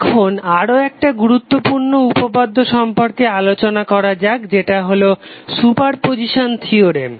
এখন আরও একটা গুরুত্বপূর্ণ উপপাদ্য সম্পর্কে আলোচনা করা যাক যেটা হল সুপারপজিসান থিওরেম